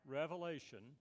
revelation